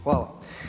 Hvala.